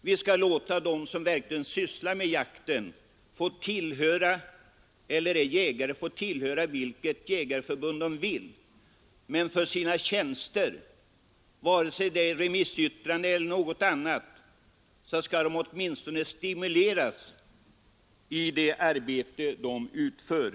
Vi skall låta dem som verkligen sysslar med jakt få tillhöra vilket jägarförbund de vill, men för sina tjänster — vare sig det nu gäller remissyttranden eller något annat — skall de åtminstone stimuleras i det arbete de utför.